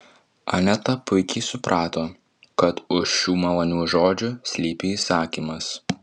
aneta puikiai suprato kad už šių malonių žodžių slypi įsakymas